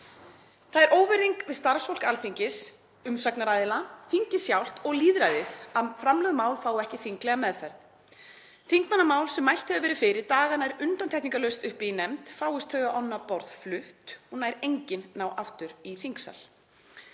Það er óvirðing við starfsfólk Alþingis, umsagnaraðila, þingið sjálft og lýðræðið að framlögð mál fái ekki þinglega meðferð. Þingmannamál sem mælt hefur verið fyrir daga nær undantekningarlaust uppi í nefnd, fáist þau á annað borð flutt, og nær engin ná aftur í þingsal.